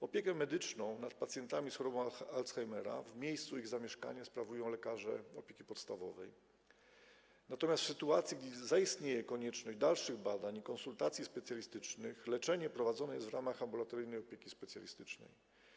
Opiekę medyczną nad pacjentami z chorobą Alzheimera w miejscu ich zamieszkania sprawują lekarze opieki podstawowej, natomiast w sytuacji gdy zaistnieje konieczność dalszych badań i konsultacji specjalistycznych, leczenie prowadzone jest w ramach ambulatoryjnej opieki specjalistycznej.